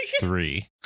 three